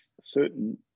certain